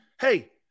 Hey